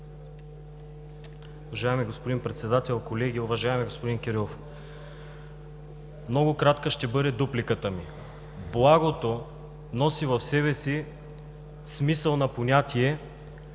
Уважаеми господин Председател, колеги, уважаеми господин Кирилов! Много кратка ще бъде дупликата ми. „Благото“ носи в себе си смисъл на понятие.